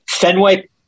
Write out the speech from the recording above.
Fenway